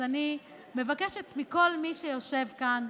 אז אני מבקשת מכל מי שיושב כאן,